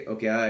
Okay